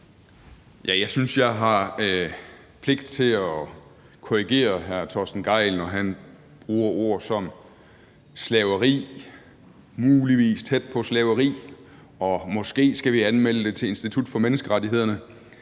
Jeg synes, jeg har pligt til at korrigere hr. Torsten Gejl, når han bruger ord som slaveri, at noget muligvis er tæt på slaveri, og når han siger, at måske skal vi anmelde det til Institut for Menneskerettigheder,